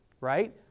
Right